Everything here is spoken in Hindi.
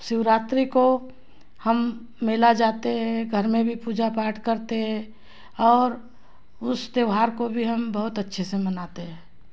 शिवरात्रि को हम मेला जाते हैं घर में भी पूजा पाठ करते हैं और उस त्योहार को भी हम बहुत अच्छे से मनाते हैं